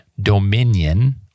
dominion